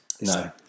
No